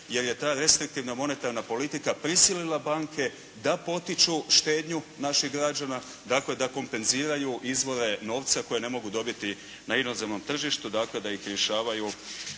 jer je ta restriktivna monetarna politika prisilila banke da potiču štednju naših građana, da kompenziraju izvore novca koje ne mogu dobiti na inozemnom tržištu, da ih rješavaju